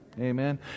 Amen